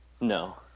No